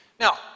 Now